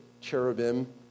Cherubim